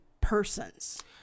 persons